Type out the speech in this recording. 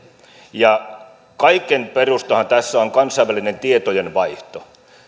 kaiken perustahan tässä on kansainvälinen tietojenvaihto